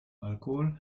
alkohol